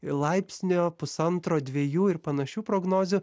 laipsnio pusantro dviejų ir panašių prognozių